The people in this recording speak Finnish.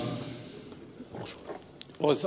arvoisa puhemies